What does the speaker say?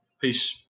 Peace